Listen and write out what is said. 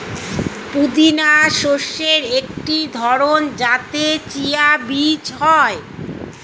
পুদিনা শস্যের একটি ধরন যাতে চিয়া বীজ হয়